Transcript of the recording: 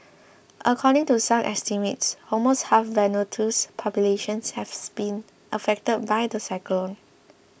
according to some estimates almost half Vanuatu's populations have spin affected by the cyclone